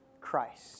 Christ